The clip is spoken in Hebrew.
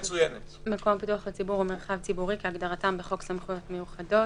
"מקום הפתוח לציבור" ו"מרחב ציבורי" כהגדרתם בחוק סמכויות מיוחדות,